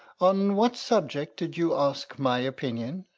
on what subject did you ask my opinion?